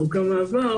חוק המעבר